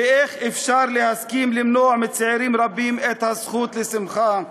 ואיך אפשר להסכים למנוע מצעירים רבים את הזכות לשמחה,